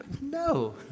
no